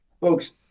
Folks